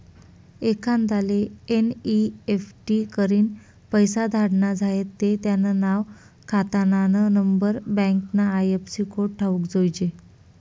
एखांदाले एन.ई.एफ.टी करीन पैसा धाडना झायेत ते त्यानं नाव, खातानानंबर, बँकना आय.एफ.सी कोड ठावूक जोयजे